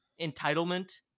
entitlement